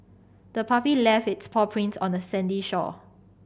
the puppy left its paw prints on the sandy shore